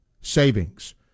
savings